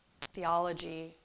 theology